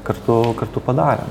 kartu kartu padarėm